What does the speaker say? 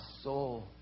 soul